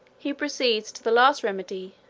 he proceeds to the last remedy,